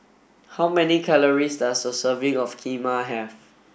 how many calories does a serving of Kheema have